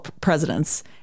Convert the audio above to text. Presidents